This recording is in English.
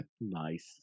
Nice